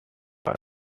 are